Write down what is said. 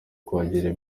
kuhagera